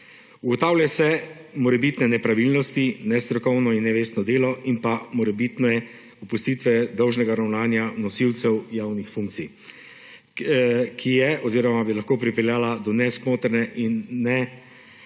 Ugotavlja se morebitne nepravilnosti, nestrokovno in nevestno delo in pa morebitne opustitve dolžnega ravnanja nosilcev javnih funkcij, ki je oziroma bi lahko pripeljala do nesmotrne in neuspešne